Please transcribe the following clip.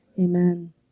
amen